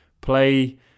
play